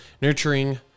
Nurturing